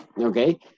okay